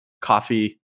coffee